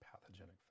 pathogenic